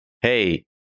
hey